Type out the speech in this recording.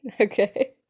okay